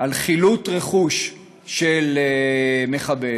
על חילוט רכוש של מחבל.